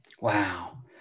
wow